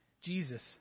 Jesus